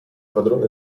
padrone